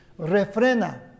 Refrena